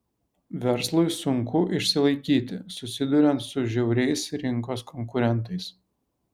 verslui sunku išsilaikyti susiduriant su žiauriais rinkos konkurentais